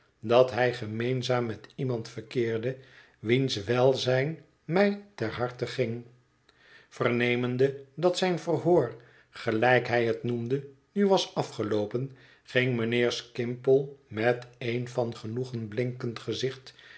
dat hij gemeenzaam met iemand verkeerde wiens welzijn mij ter harte ging vernemende dat zijn verhoor gelijk hij het noemde nu was afgeloopen ging mijnheer skimpole met een van genoegen blinkend gezicht